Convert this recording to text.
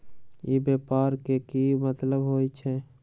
ई व्यापार के की मतलब होई छई?